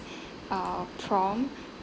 uh prompt